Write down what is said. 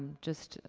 just,